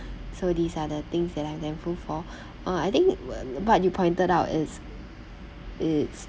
so these are the things that I'm thankful for uh I think w~ what you pointed out is it's